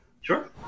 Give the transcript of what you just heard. Sure